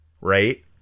right